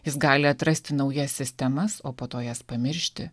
jis gali atrasti naujas sistemas o po to jas pamiršti